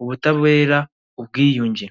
ubutabera, ubwiyunge.